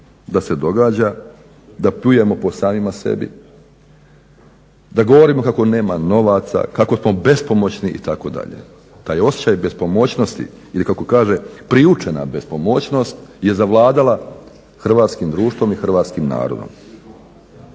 da se događa, da pljujemo po samima sebi, da govorimo kako nema novaca, kako smo bespomoćni itd. Taj osjećaj bespomoćnosti ili kako kaže priučena bespomoćnost je zavladala hrvatskim društvom i hrvatskim narodom.